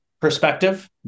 perspective